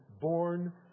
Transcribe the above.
born